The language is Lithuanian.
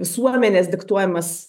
visuomenės diktuojamas